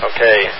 Okay